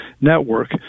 Network